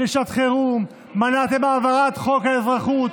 לשעת חירום, מנעתם את העברת חוק האזרחות.